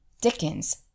Dickens